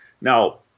Now